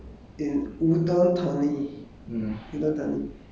um not chiangmai is uh